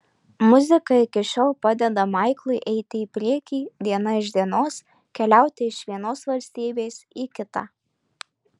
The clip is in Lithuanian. muzika iki šiol padeda maiklui eiti į priekį diena iš dienos keliauti iš vienos valstybės į kitą